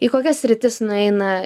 į kokias sritis nueina